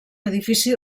edifici